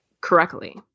correctly